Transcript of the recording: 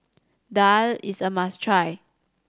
daal is a must try